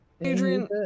adrian